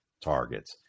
targets